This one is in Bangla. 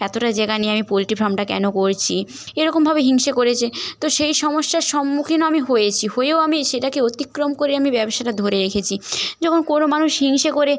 এতটা জায়গা নিয়ে আমি পোলট্রি ফার্মটা কেন করেছি এরকমভাবে হিংসে করেছে তো সেই সমস্যার সম্মুখীনও আমি হয়েছি হয়েও আমি সেটাকে অতিক্রম করে আমি ব্যবসাটা ধরে রেখেছি যখন কোনো মানুষ হিংসে করে